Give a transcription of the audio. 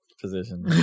position